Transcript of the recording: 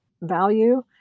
value